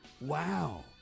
Wow